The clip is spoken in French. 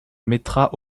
mettra